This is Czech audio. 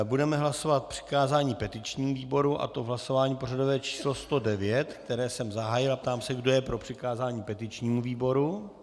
Budeme hlasovat o přikázání petičnímu výboru, a to v hlasování pořadové číslo 109, které jsem zahájil, a ptám se, kdo je pro přikázání petičnímu výboru.